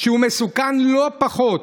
שהוא מסוכן לא פחות.